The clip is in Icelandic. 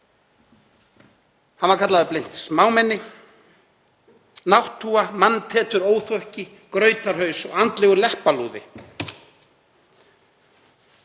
Hann var kallaður blint smámenni, nátthúfa, manntetur, óþokki, grautarhaus og andlegur leppalúði.